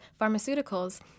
pharmaceuticals